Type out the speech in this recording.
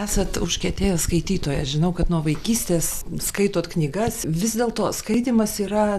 esat užkietėjęs skaitytojas žinau kad nuo vaikystės skaitot knygas vis dėl to skaitymas yra